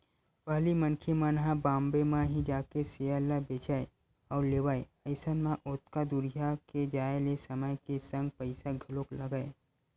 पहिली मनखे मन ह बॉम्बे म ही जाके सेयर ल बेंचय अउ लेवय अइसन म ओतका दूरिहा के जाय ले समय के संग पइसा घलोक लगय